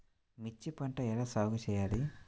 మిర్చి పంట ఎలా సాగు చేయాలి?